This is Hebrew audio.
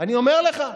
אני אומר לך,